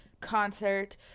concert